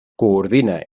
coordina